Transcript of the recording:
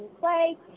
play